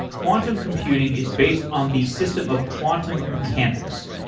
quantum computing is based on the system of quantum mechanics.